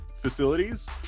facilities